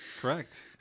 Correct